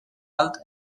alt